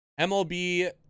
mlb